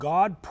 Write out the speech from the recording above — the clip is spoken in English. God